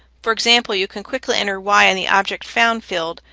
for example, you can quickly enter y in the object found field,